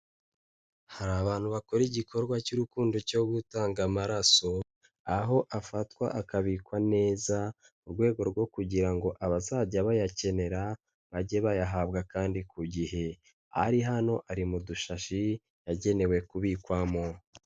Hari abantu bakora igikorwa cy'urukundo cyo gutanga amaraso, aho afatwa akabikwa neza mu rwego rwo kugira ngo abazajya bayakenera bajye bayahabwa kandi ku gihe, ari hano ari mu dushashi yagenewe kubikwamo.